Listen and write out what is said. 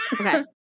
Okay